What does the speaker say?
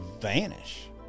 vanish